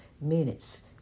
minutes